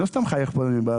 אני לא סתם מחייך פה בוועדה,